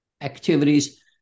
activities